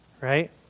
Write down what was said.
right